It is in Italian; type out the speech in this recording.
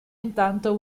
intanto